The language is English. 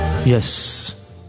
Yes